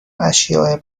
اشیاء